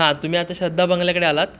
हां तुम्ही आता श्रद्धा बंगल्याकडे आलात